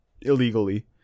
Illegally